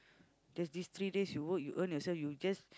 there's these three days you work you earn yourself you just